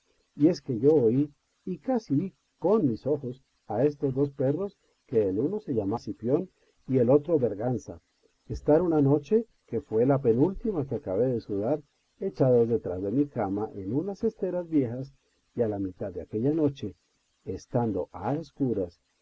y es que yo oí y casi vi con mis ojos a estos dos per ros que el uno se llama cipión y el otro berganza estar una noche que fue la penúltima que acabé de sudar echados detrás de mi cama en unas esteras viejas y a la mitad de aquella noche estando a escuras